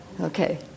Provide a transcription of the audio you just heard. okay